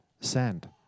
sand